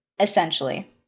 essentially